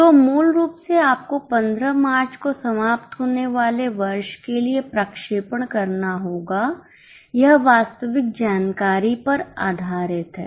तो मूल रूप से आपको 15 मार्च को समाप्तहोने वाले वर्ष के लिए प्रक्षेपण करना होगा यह वास्तविक जानकारी पर आधारित है